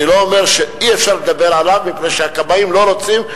אני לא אומר שאי-אפשר לדבר עליו מפני שהכבאים לא רוצים.